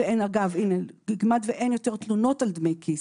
אגב, כמעט ואין יותר תלונות על דמי כיס.